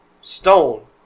stone